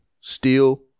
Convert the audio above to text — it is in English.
steel